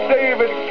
David